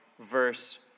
verse